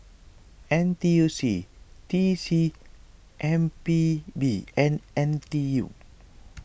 N T U C T C M P B and N T U